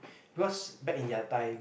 because back in their time